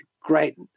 great